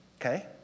okay